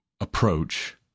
approach